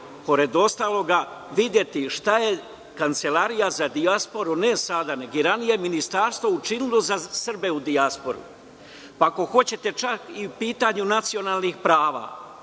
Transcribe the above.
pored ostalog, videti šta je Kancelarija za dijasporu, ne sada, nego ranijeg ministarstva, učinila za Srbe u dijaspori, pa ako hoćete čak i po pitanju nacionalnih prava.